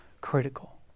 Critical